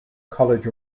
college